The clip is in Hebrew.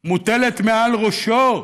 מוטלת, מעל ראשו.